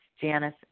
Janice